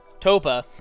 Topa